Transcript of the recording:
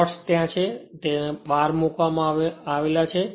slots ત્યાં છે અને બાર ખરેખર મૂકવામાં આવે છે